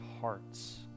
hearts